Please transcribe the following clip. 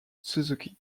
suzuki